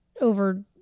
over